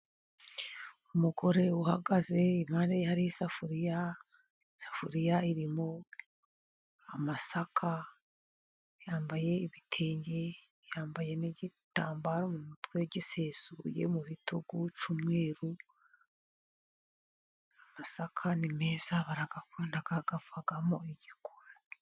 Umugore uhagaze impande ye hari isafuriya, isafuriya irimo amasaka. Yambaye ibitenge, yambaye n'igitambaro mu mutwe gisesuye mu bitugu cy'umweruru. Amasaka ni meza barayakunda avamo igikoma.